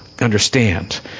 understand